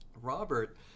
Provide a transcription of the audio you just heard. Robert